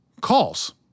calls